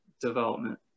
development